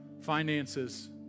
Finances